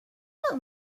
book